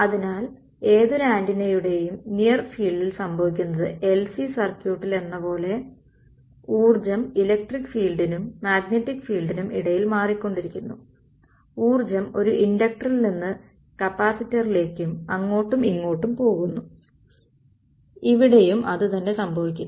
അതിനാൽ ഏതൊരു ആന്റിനയുടെയും നിയർ ഫീൽഡിൽ സംഭവിക്കുന്നത് LC സർക്യൂട്ടിലെന്നപോലെ ഊർജ്ജം ഇലക്ടിക് ഫീൾഡിനും മാഗ്നെറ്റിക് ഫീൾഡിനും ഇടയിൽ മാറിക്കൊണ്ടിരിക്കുന്നു ഊർജ്ജം ഒരു ഇൻഡക്ടറിൽ നിന്ന് കപ്പാസിറ്ററിലേക്കും അങ്ങോട്ടും ഇങ്ങോട്ടും പോകുന്നു ഇവിടെയും അത് തന്നെ സംഭവിക്കുന്നു